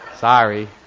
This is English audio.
Sorry